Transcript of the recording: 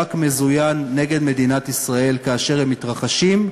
ממאבק מזוין נגד מדינת ישראל כאשר הם מתרחשים,